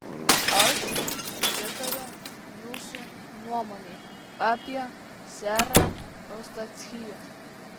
aš pritariu jūsų nuomonei apie serą eustachijų